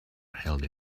held